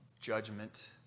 judgment